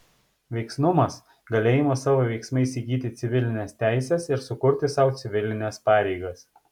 veiksnumas galėjimas savo veiksmais įgyti civilines teises ir sukurti sau civilines pareigas